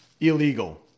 illegal